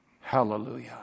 Hallelujah